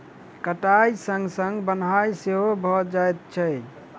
कटाइक संग संग बन्हाइ सेहो भ जाइत छै